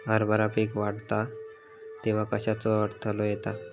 हरभरा पीक वाढता तेव्हा कश्याचो अडथलो येता?